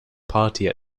party